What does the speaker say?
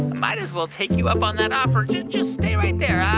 might as well take you up on that offer. just just stay right there.